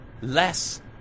less